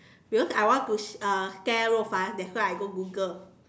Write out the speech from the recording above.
because I want to uh scare Rou-Fan that's why I go Google